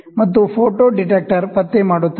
ಮತ್ತು photo detector ಪತ್ತೆ ಮಾಡುತ್ತದೆ